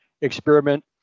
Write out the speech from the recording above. experiment